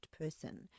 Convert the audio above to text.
person